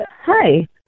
hi